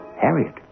Harriet